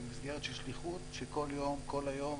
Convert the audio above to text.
במסגרת של שליחות, של כל יום, כל היום.